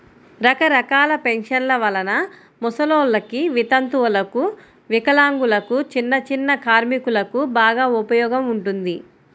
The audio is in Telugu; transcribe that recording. రకరకాల పెన్షన్ల వలన ముసలోల్లకి, వితంతువులకు, వికలాంగులకు, చిన్నచిన్న కార్మికులకు బాగా ఉపయోగం ఉంటుంది